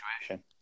Situation